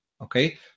Okay